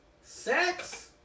sex